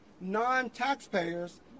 non-taxpayers